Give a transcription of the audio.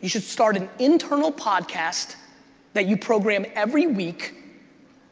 you should start an internal podcast that you program every week